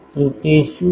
તો તે શું છે